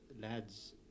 lads